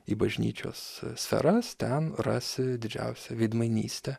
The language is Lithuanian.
į bažnyčios sferas ten rasi didžiausią veidmainystę